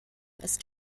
ist